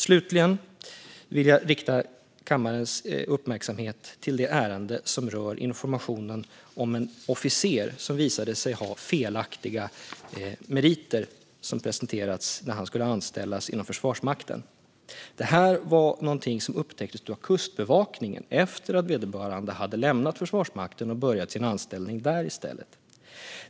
Slutligen vill jag rikta kammarens uppmärksamhet mot det ärende som rör informationen om en officer som visade sig ha felaktiga meriter, som han presenterade när han skulle anställas inom Försvarsmakten. Det här upptäcktes av Kustbevakningen efter att vederbörande hade lämnat Försvarsmakten och börjat sin anställning där i stället.